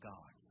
God